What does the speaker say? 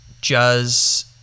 Jazz